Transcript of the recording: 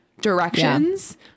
directions